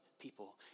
people